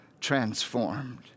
transformed